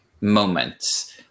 moments